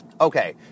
Okay